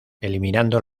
eliminando